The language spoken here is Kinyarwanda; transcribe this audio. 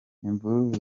imvururu